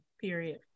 period